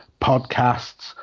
podcasts